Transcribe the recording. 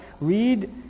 Read